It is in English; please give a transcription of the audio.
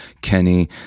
Kenny